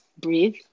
breathe